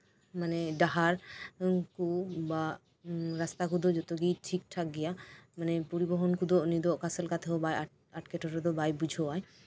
ᱰᱟᱦᱟᱨ ᱠᱩ ᱵᱟ ᱨᱟᱥᱛᱟ ᱠᱚᱫᱚ ᱡᱚᱛᱚᱜᱮ ᱴᱷᱤᱠ ᱴᱷᱟᱠ ᱜᱮᱭᱟ ᱢᱟᱱᱮ ᱯᱚᱨᱤᱵᱚᱦᱚᱱ ᱠᱚᱫᱚ ᱢᱟᱱᱮ ᱩᱱᱤ ᱫᱚ ᱚᱠᱟ ᱥᱮᱫ ᱛᱮ ᱦᱚᱸ ᱮᱸᱴᱠᱮᱴᱚᱲᱮ ᱫᱚ ᱵᱟᱭ ᱵᱩᱡᱷᱟᱹᱣᱟ